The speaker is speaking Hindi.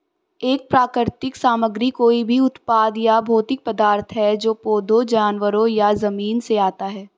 एक प्राकृतिक सामग्री कोई भी उत्पाद या भौतिक पदार्थ है जो पौधों, जानवरों या जमीन से आता है